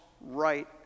right